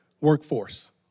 workforce